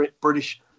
British